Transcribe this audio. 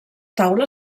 taula